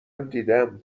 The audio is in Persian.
دیدم